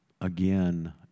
again